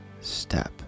step